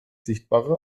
sichtbare